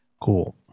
Cool